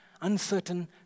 uncertain